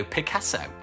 Picasso